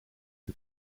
you